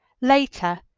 Later